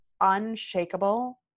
unshakable